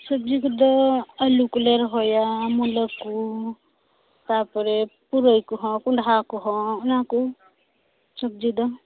ᱥᱚᱵᱽᱡᱤ ᱠᱚᱫᱚ ᱟᱞᱩ ᱠᱚᱞᱮ ᱨᱚᱦᱚᱭᱟ ᱢᱩᱞᱟᱹ ᱠᱚ ᱛᱟᱯᱚᱨᱮ ᱯᱩᱨᱟᱹᱭ ᱠᱚᱦᱚᱸ ᱠᱚᱸᱰᱷᱟ ᱠᱚᱦᱚᱸ ᱚᱱᱟ ᱠᱚ ᱥᱚᱵᱽᱡᱤ ᱫᱚ